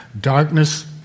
darkness